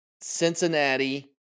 Cincinnati